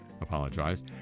apologized